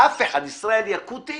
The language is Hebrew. ישראל יקוטי